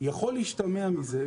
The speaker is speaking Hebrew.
יכול להשתמע מזה,